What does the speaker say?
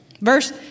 Verse